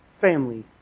family